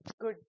good